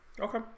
Okay